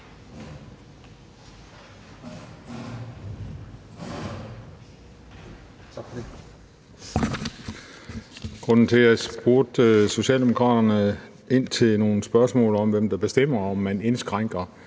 Grunden til, at jeg stillede Socialdemokratiet nogle spørgsmål om, hvem der bestemmer, om man indskrænker